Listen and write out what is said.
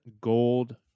gold